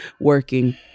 working